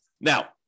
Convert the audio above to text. Now